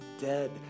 dead